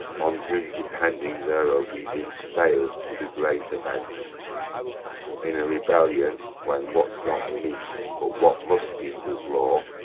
on whom depending, their obedience fails to the greater bench in a rebellion, when what's not meet, but what must be, was law,